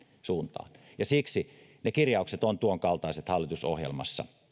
suuntaan ja siksi ne kirjaukset ovat tuonkaltaiset hallitusohjelmassa